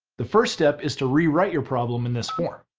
the first step is to re-write your problem in this form.